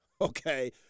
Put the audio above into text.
okay